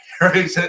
right